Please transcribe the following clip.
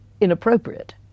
inappropriate